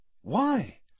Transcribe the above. Why